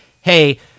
hey